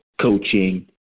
coaching